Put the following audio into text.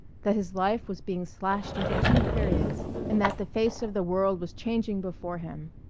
that his life was being slashed into two periods and that the face of the world was changing before him.